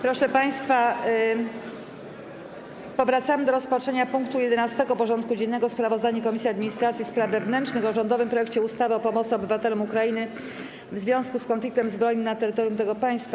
Powracamy do rozpatrzenia punktu 11. porządku dziennego: Sprawozdanie Komisji Administracji i Spraw Wewnętrznych o rządowym projekcie ustawy o pomocy obywatelom Ukrainy w związku z konfliktem zbrojnym na terytorium tego państwa.